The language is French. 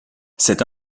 cette